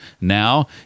now